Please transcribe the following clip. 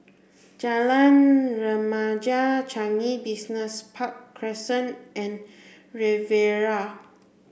Jalan Remaja Changi Business Park Crescent and Riviera